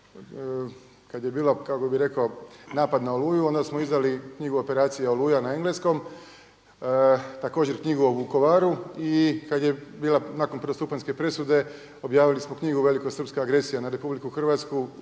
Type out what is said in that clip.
kada je bila napad na Oluju, onda smo izdali knjigu Operacija Oluja na engleskom, također knjigu o Vukovaru i kada je bila nakon prvostupanjske presude objavili smo Velikosrpska agresija na RH upravo